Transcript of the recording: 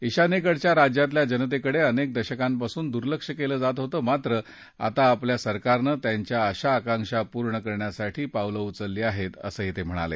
ईशान्येकडच्या राज्यातल्या जनतेकडे अनेक दशकांपासून दुर्लक्ष केलं जात होतं मात्र आता आपल्या सरकारनं त्यांच्या आशाआकांक्षा पूर्ण करण्यासाठी पावलं उचलली आहेत असं ते म्हणाले